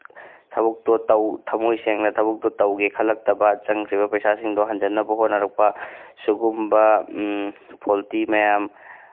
ꯊꯕꯛꯇꯣ ꯊꯃꯣꯏ ꯁꯦꯡꯅ ꯊꯕꯛꯇꯣ ꯇꯧꯒꯦ ꯈꯜꯂꯛꯇꯕ ꯆꯪꯈ꯭ꯔꯤꯕ ꯄꯩꯁꯥꯁꯤꯡꯗꯣ ꯍꯟꯖꯤꯟꯅꯕ ꯍꯣꯠꯅꯔꯛꯄ ꯁꯤꯒꯨꯝꯕ ꯐꯣꯜꯇꯤ ꯃꯌꯥꯝ